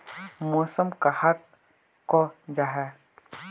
मौसम कहाक को जाहा?